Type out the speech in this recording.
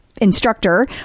Instructor